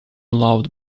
loved